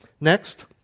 Next